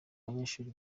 banyeshuri